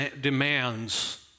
demands